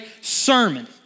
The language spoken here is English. sermon